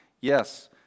Yes